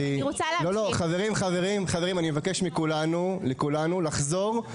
חברים, אני מבקש מכולנו לחזור.